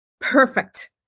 perfect